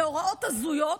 בהוראות הזויות,